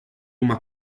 uma